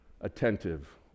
attentive